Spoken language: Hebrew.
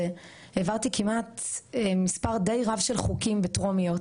העברתי מספר די רב של חוקים בטרומיות,